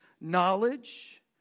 knowledge